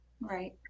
right